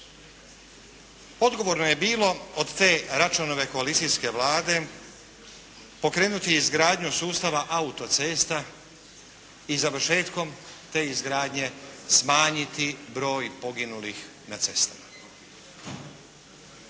Odgovorno je bilo od te Račanove koalicijske Vlade pokrenuti izgradnju sustava autocesta i završetkom te izgradnje smanjiti broj poginulih na cestama.